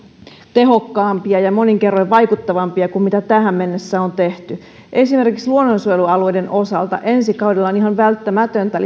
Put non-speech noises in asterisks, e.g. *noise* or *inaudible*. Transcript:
tehokkaampia ja monin kerroin vaikuttavampia kuin mitä tähän mennessä on tehty esimerkiksi luonnonsuojelualueiden osalta ensi kaudella on ihan välttämätöntä *unintelligible*